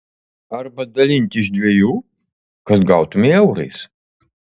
arba dalinti iš dviejų kad gautumei eurais